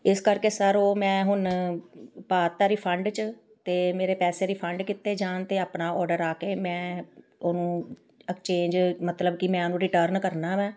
ਇਸ ਕਰਕੇ ਸਰ ਉਹ ਮੈਂ ਹੁਣ ਪਾ ਤਾ ਰਿਫੰਡ 'ਚ ਅਤੇ ਮੇਰੇ ਪੈਸੇ ਰਿਫੰਡ ਕੀਤੇ ਜਾਣ ਅਤੇ ਆਪਣਾ ਔਡਰ ਆ ਕੇ ਮੈਂ ਉਹਨੂੰ ਐਕਸਚੇਂਜ ਮਤਲਬ ਕਿ ਮੈਂ ਉਹਨੂੰ ਰਿਟਰਨ ਕਰਨਾ ਵਾ